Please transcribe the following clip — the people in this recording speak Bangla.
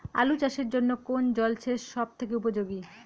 আলু চাষের জন্য কোন জল সেচ সব থেকে উপযোগী?